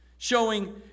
Showing